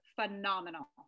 phenomenal